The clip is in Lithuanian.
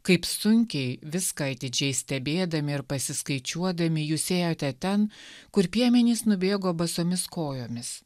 kaip sunkiai viską atidžiai stebėdami ir pasiskaičiuodami jūs ėjote ten kur piemenys nubėgo basomis kojomis